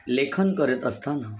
लेखन करत असताना